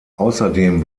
außerdem